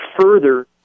further